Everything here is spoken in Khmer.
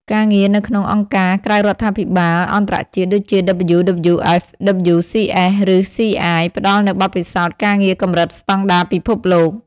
ការងារនៅក្នុងអង្គការក្រៅរដ្ឋាភិបាលអន្តរជាតិ ដូចជា WWF, WCS ឬ CI ផ្តល់នូវបទពិសោធន៍ការងារកម្រិតស្តង់ដារពិភពលោក។